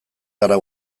gara